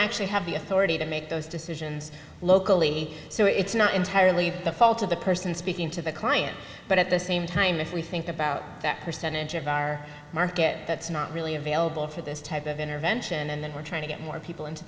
actually have the authority to make those decisions locally so it's not entirely the fault of the person speaking to the client but at the same time if we think about that percentage of our market that's not really available for this type of intervention and then we're trying to get more people into